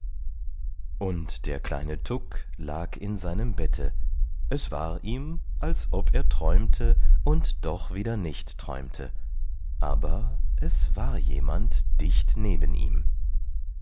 und der kleine tuk lag in seinem bette es war ihm als ob er träumte und doch wieder nicht träumte aber es war jemand dicht neben ihm